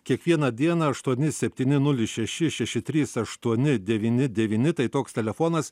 kiekvieną dieną aštuoni septyni nulis šeši šeši trys aštuoni devyni devyni tai toks telefonas